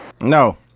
No